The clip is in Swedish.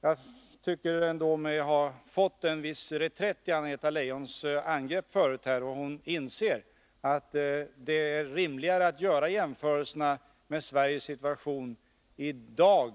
Men jag tycker mig ändå ha märkt en viss reträtt i förhållande till Anna-Greta Leijons tidigare angrepp och noterar att hon inser att det är rimligare att göra jämförelserna mellan Sveriges situation i dag och